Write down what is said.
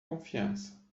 confiança